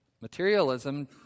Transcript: materialism